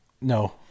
No